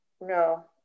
no